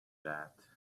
that